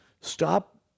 Stop